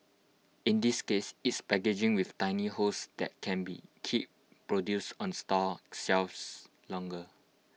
in this case it's packaging with tiny holes that can be keep produce on store shelves longer